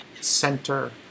center